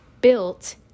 built